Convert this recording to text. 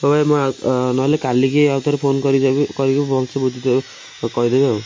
ହଉ ଭାଇ ମୁଁ ଆଉ ନହେଲେ କାଲିକୁ ଆଉ ଥରେ ଫୋନ କରିକି ଭଲ ସେ କହିଦେବି ଆଉ